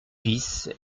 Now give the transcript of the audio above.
vices